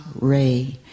Ray